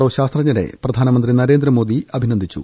O ശാസ്ത്രജ്ഞരെ പ്രധാനമന്ത്രി നരേന്ദ്രമോദി അഭിനന്ദിച്ചു